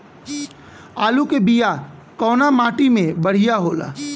आलू के बिया कवना माटी मे बढ़ियां होला?